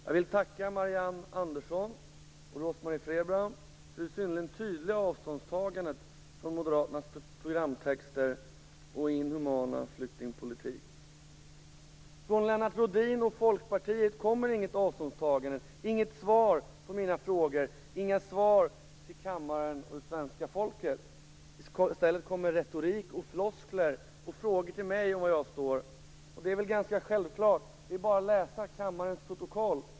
Jag vill tacka Marianne Andersson och Rose Marie Frebran för det synnerligen tydliga avståndstagandet från Moderaternas programtexter och inhumana flyktingpolitik. Från Lennart Rohdin och Folkpartiet kommer inget avståndstagande, inget svar på mina frågor, inga svar till kammaren och det svenska folket. I stället kommer retorik och floskler och frågor till mig om var jag står. Det är väl ganska självklart. Det är bara att läsa kammarens protokoll.